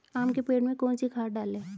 आम के पेड़ में कौन सी खाद डालें?